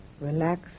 relax